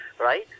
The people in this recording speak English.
Right